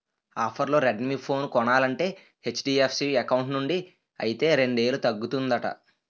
ఆఫర్లో Redmi phone కొనాలంటే HDFC account నుండి అయితే రెండేలు తగ్గుతుందట